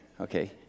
Okay